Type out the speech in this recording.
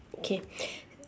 okay